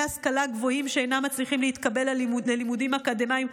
השכלה גבוהים שאינם מצליחים להתקבל ללימודים אקדמיים,